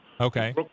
Okay